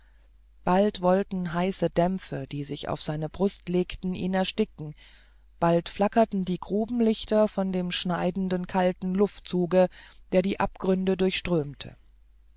bald wollten heiße dämpfe die sich auf seine brust legten ihn ersticken bald flackerten die grubenlichter von dem schneidend kalten luftzuge der die abgründe durchströmte